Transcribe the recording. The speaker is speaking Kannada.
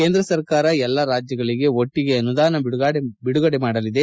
ಕೇಂದ್ರ ಸರ್ಕಾರ ಎಲ್ಲ ರಾಜ್ಯಗಳಿಗೆ ಒಟ್ಟಿಗೆ ಅನುದಾನ ಬಿಡುಗಡೆ ಮಾಡಲಿದೆ